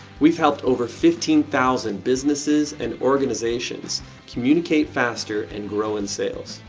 we've helped over fifteen thousand businesses and organizations communicate faster and grow in sales.